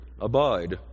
Abide